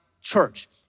church